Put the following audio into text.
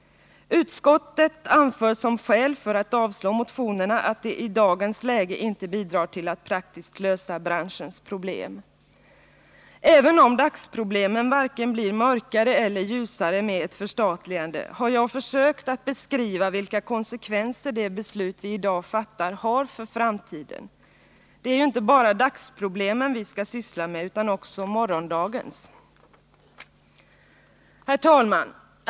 Utskottet anför som skäl för att avslå motionerna att det i dagens läge inte bidrar till att praktiskt lösa branschens problem. Även om dagsproblemen varken blir mörkare eller ljusare med ett förstatligande har jag försökt att beskriva vilka konsekvenser det beslut vi i dag fattar har för framtiden. Det är ju inte bara dagsproblemen vi skall syssla med utan också morgondagens. Herr talman!